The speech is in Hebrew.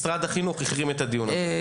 משרד החינוך החרים את הדיון הזה.